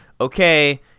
okay